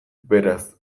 beraz